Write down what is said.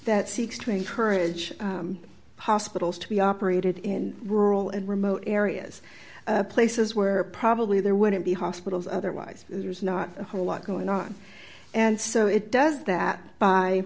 that seeks to encourage hospitals to be operated in rural and remote areas places where probably there wouldn't be hospitals otherwise there's not a whole lot going on and so it does that by